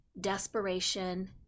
desperation